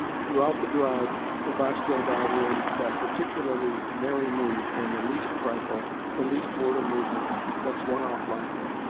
throughout the drive lubotshka and i were in that particularly merry mood when the least trifle, the least word or movement, sets one off laughing.